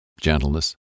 gentleness